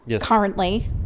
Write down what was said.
currently